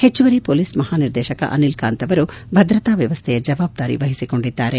ಹೆಚ್ಚುವರಿ ಪೊಲೀಸ್ ಮಹಾನಿರ್ದೇಶಕ ಅನಿಲ್ ಕಾಂತ್ ಅವರು ಭದ್ರತಾ ವ್ವವಸ್ಟೆಯ ಜವಾಬ್ದಾರಿ ವಹಿಸಿಕೊಂಡಿದ್ದಾರೆ